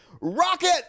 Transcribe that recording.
Rocket